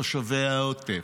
תושבי העוטף.